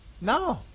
No